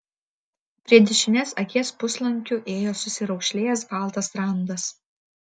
prie dešinės akies puslankiu ėjo susiraukšlėjęs baltas randas